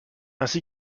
ainsi